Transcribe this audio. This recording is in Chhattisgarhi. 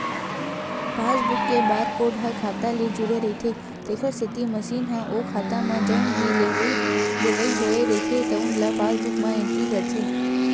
पासबूक के बारकोड ह खाता ले जुड़े रहिथे तेखर सेती मसीन ह ओ खाता म जउन भी लेवइ देवइ होए रहिथे तउन ल पासबूक म एंटरी करथे